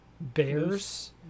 bears